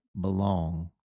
belong